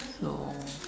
so